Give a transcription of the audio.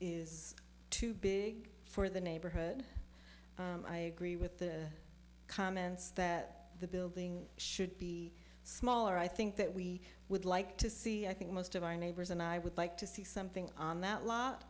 is too big for the neighborhood i agree with the comments that the building should be smaller i think that we would like to see i think most of our neighbors and i would like to see something on that lot